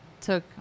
took